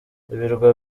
ibirwa